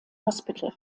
hospital